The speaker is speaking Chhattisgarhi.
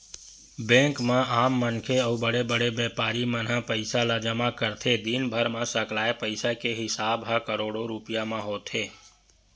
बेंक म आम मनखे अउ बड़े बड़े बेपारी मन ह पइसा ल जमा करथे, दिनभर म सकलाय पइसा के हिसाब ह करोड़ो रूपिया म होथे